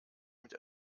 mit